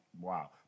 wow